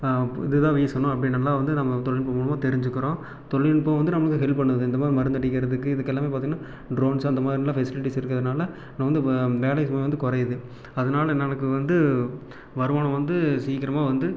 இதுதான் வீசணும் அப்படினெல்லாம் வந்து நம்ம தொழில்நுட்பம் மூலமாக தெரிஞ்சுக்கிறோம் தொழில்நுட்பம் வந்து நம்மளுக்கு ஹெல்ப் பண்ணுது இந்த மாதிரி மருந்தடிக்கிறதுக்கு இதுக்கெல்லாமே பார்த்திங்கன்னா ட்ரோன்ஸ் அந்த மாதிரிலாம் ஃபெசிலிட்டிஸ் இருக்கிறதுனால வந்து வேலை சுமை வந்து குறையிது அதனால என்ன நமக்கு வந்து வருமானம் வந்து சீக்கிரமா வந்து